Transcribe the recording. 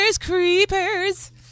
Creepers